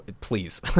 please